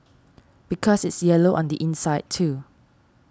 because it's yellow on the inside too